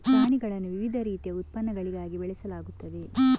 ಪ್ರಾಣಿಗಳನ್ನು ವಿವಿಧ ರೀತಿಯ ಉತ್ಪನ್ನಗಳಿಗಾಗಿ ಬೆಳೆಸಲಾಗುತ್ತದೆ